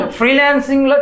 freelancing